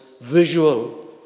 visual